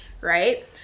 right